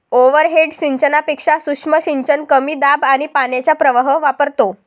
overhead सिंचनापेक्षा सूक्ष्म सिंचन कमी दाब आणि पाण्याचा प्रवाह वापरतो